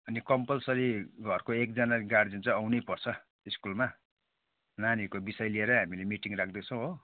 अनि कम्पलसरी घरको एकजना गार्जियन चाहिँ आउनैपर्छ स्कुलमा नानीहरूको विषय लिएर नै हामी मिटिङ राख्दैछौँ हो